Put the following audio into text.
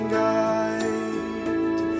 guide